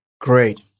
Great